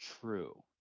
true